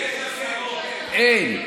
יש, אין.